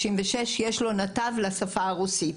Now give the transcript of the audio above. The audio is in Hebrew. ויש לו נתב לשפה הרוסית.